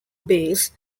base